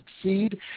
succeed